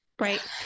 Right